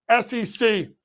SEC